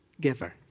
giver